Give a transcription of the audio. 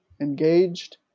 engaged